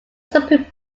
supreme